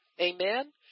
Amen